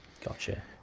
Gotcha